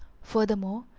furthermore,